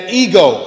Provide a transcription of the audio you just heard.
ego